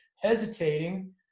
hesitating